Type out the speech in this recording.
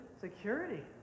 Security